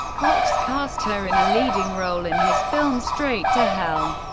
cox cast her in a leading role in his film straight to hell,